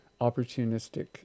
opportunistic